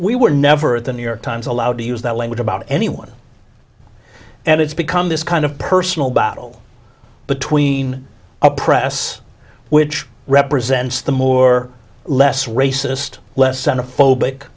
we were never at the new york times allowed to use that language about anyone and it's become this kind of personal battle between the press which represents the more less racist less center phobic